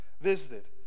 visited